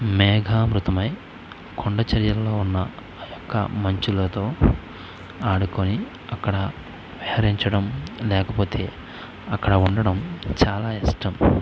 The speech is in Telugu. మేఘామృతమై కొండ చర్యల్లో వున్న యొక్క మంచులతో ఆడుకొని అక్కడ విహరించడం లేకపోతే అక్కడ ఉండడం చాలా ఇష్టం